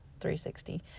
360